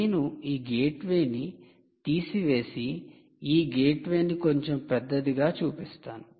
నేను ఈ గేట్వేని తీసివేసి ఈ గేట్వేని కొంచెం పెద్దదిగా చూపిస్తాను